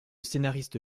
scénariste